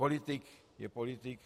Politik je politik.